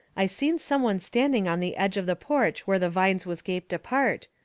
i seen some one standing on the edge of the porch where the vines was gaped apart,